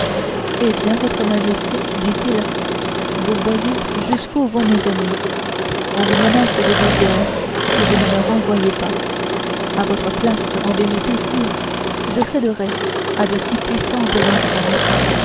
eh bien votre majesté dit-il vous voyez jusqu'où vont mes ennemis on vous menace de deux guerres si vous ne me renvoyez pas à votre place en vérité sire je céderais à de si puissantes instances